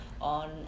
on